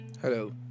Hello